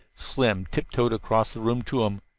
slim tiptoed across the room to him.